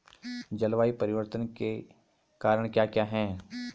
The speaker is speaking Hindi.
जलवायु परिवर्तन के कारण क्या क्या हैं?